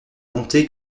bonté